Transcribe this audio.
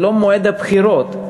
וזה לא מועד הבחירות.